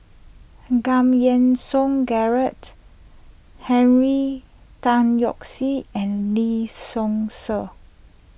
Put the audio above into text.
Giam Yean Song Gerald Henry Tan Yoke See and Lee Seow Ser